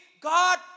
God